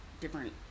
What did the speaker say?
different